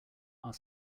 our